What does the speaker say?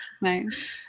Nice